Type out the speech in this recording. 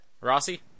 Rossi